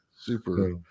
Super